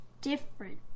different